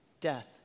death